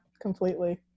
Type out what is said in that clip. completely